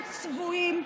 אתם צבועים.